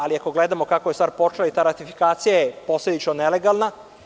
Ali, ako gledamo kako je stvar počela, ta ratifikacija je posledično nelegalna.